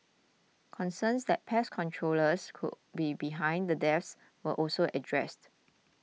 concerns that pest controllers could be behind the deaths were also addressed